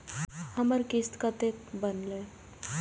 हमर किस्त कतैक बनले?